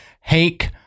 hake